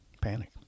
Panic